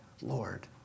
Lord